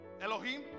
Elohim